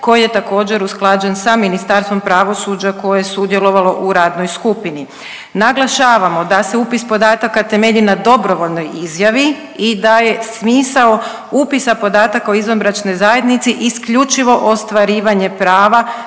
koji je također usklađen sa Ministarstvom pravosuđa koje je sudjelovalo u radnoj skupini. Naglašavamo da se upis podataka temelji na dobrovoljnoj izjavi i da je smisao upisa podataka o izvanbračnoj zajednici isključivo ostvarivanje prava